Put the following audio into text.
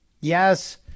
Yes